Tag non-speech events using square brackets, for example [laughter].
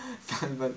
[laughs]